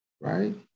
right